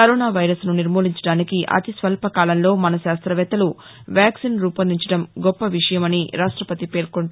corona వైరస్ను నిర్మూలించడానికి అతి స్వల్పకాలంలో మన శాస్త్రవేత్తలు వ్యాక్సిన్ రూపొందించడం గొప్ప విషయమని రాష్టపతి పేర్కొంటూ